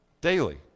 daily